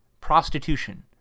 prostitution